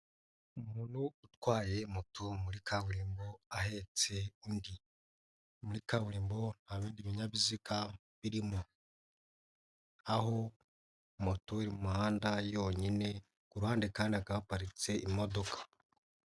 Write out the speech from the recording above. Umuntu utwaye moto muri kaburimbo ahetse undi, muri kaburimbo ntabindi binyabiziga birimo ,aho moto iri mu muhanda yonyine, kuruhande kandi hakaba haparitse imodoka.